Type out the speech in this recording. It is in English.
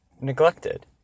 neglected